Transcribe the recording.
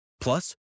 Plus